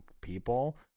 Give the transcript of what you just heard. people